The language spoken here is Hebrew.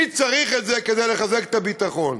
מי צריך את זה כדי לחזק את הביטחון?